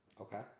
Okay